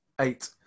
Eight